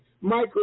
Michael